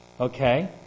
Okay